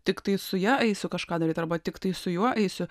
tiktai su ja eisiu kažką daryti arba tiktai su juo eisiu